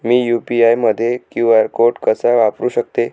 मी UPI मध्ये QR code कसा वापरु शकते?